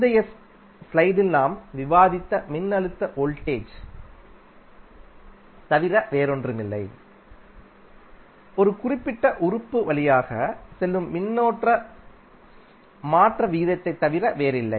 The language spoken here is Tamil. முந்தைய ஸ்லைடில் நாம் விவாதித்த மின்னழுத்த வோல்டேஜ் தவிர வேறொன்றுமில்லை ஒரு குறிப்பிட்ட உறுப்பு வழியாக செல்லும் மின்னேற்ற மாற்ற விகிதத்தைத் தவிர வேறில்லை